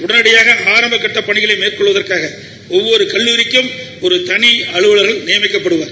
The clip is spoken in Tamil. உடனடியாக அரம்பகட்டப் பணிகளை மேற்கொள்வதற்காக ஒவ்வொரு கல்லூரிக்கும் ஒரு தனி அலுவலர் நியமிக்கப்படுவார்